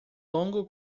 longo